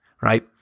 right